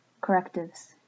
Correctives